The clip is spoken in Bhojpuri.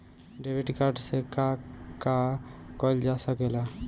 डेबिट कार्ड से का का कइल जा सके ला?